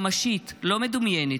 ממשית, לא מדומיינת.